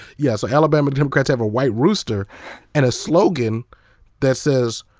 yeah, so alabama democrats have a white rooster and a slogan that says,